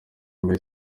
muri